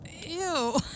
Ew